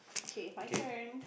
kay my turn